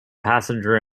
passenger